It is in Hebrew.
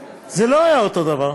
זה לא היה אותו דבר.